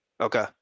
Okay